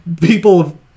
people